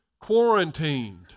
quarantined